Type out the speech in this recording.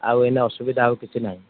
ଆଉ ଏଇନା ଅସୁବିଧା ଆଉ କିଛି ନାଇଁ